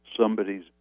somebody's